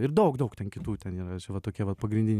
ir daug daug ten kitų ten yra čia va tokie va pagrindiniai